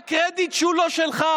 רק קרדיט שהוא לא שלך.